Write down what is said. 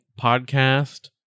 podcast